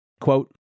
Quote